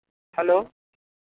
hello